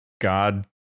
god